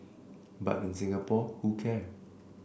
but in Singapore who care